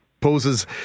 poses